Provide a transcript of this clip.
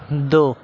دو